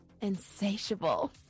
insatiable